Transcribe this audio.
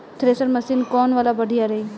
Thresher machine कौन वाला बढ़िया रही?